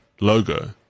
logo